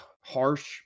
harsh